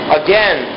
again